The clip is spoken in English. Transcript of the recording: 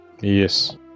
Yes